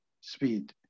speed